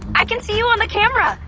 i can see you on the camera!